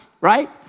right